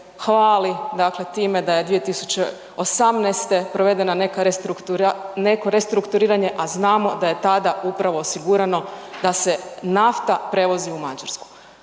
dakle time da je 2018. provedeno neka, neko restrukturiranje, a znamo da je tada upravo osigurano da se nafta prevozi u Mađarsku.